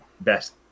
best